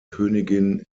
königin